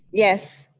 yes.